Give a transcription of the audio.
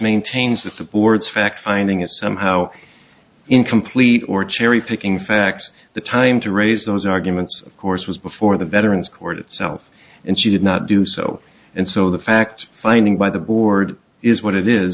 maintains that the board's fact finding is somehow incomplete or cherry picking facts the time to raise those arguments of course was before the veterans court itself and she did not do so and so the fact finding by the board is what it is